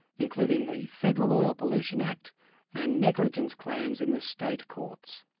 including the federal oil pollution act and negligence claims in the state courts.